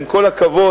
עם כל הכבוד,